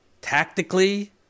tactically